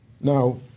Now